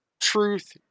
truth